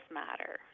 matter